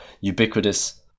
ubiquitous